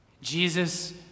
Jesus